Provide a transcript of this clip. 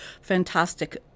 Fantastic